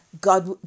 God